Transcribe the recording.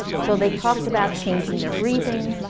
so they talked about changing their breathing.